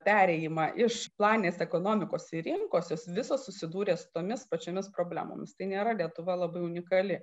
perėjimą iš planinės ekonomikos į rinkos jos visos susidūrė su tomis pačiomis problemomis tai nėra lietuva labai unikali